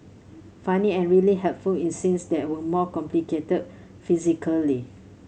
funny and really helpful in scenes that were more complicated physically